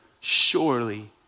surely